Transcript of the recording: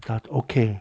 uh okay